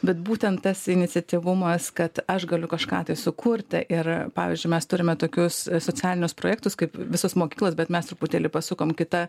bet būtent tas iniciatyvumas kad aš galiu kažką tai sukurti ir pavyzdžiui mes turime tokius socialinius projektus kaip visos mokyklos bet mes truputėlį pasukam kita